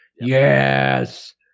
Yes